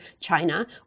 China